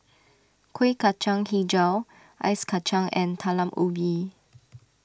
Kueh Kacang HiJau Ice Kacang and Talam Ubi